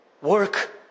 work